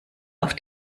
auf